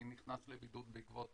אני נכנס לבידוד בעקבות